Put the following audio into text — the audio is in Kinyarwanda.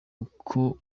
uko